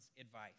advice